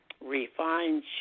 Refined